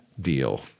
deal